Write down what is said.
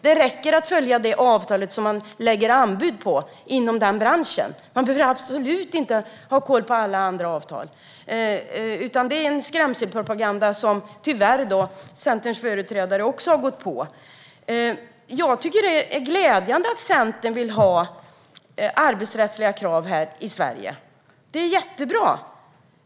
Det räcker att följa det avtal som man lägger anbud på inom just den branschen. Man behöver absolut inte ha koll på alla andra avtal. Det är en skrämselpropaganda som tyvärr också Centerns företrädare har gått på. Jag tycker att det är glädjande att Centern vill ha arbetsrättsliga krav här i Sverige. Det är jättebra.